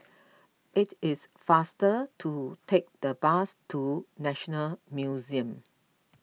it is faster to take the bus to National Museum